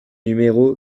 numéro